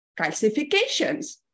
calcifications